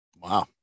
Wow